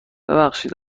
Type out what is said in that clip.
ببخشید